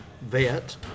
vet